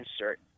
insert